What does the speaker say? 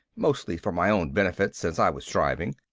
mostly for my own benefit since i was driving.